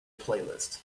playlist